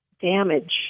damage